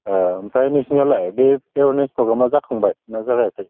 अ ओमफ्राय नोंसोरनियावलाय बे एवारनेस प्रग्रामा जाखांबाय ना जागायाखै